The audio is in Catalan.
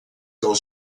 del